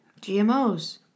GMOs